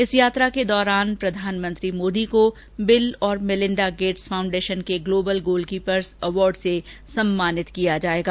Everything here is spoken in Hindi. इस यात्रा के दौरान प्रधानमंत्री नरेन्द्र मोदी को बिल और मेलिंडा गेट्स फाउंडेशन के ग्लोबल गोलकीपर्स अवार्ड से सम्मानित किया जाएगा